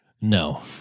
no